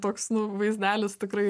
toks vaizdelis tikrai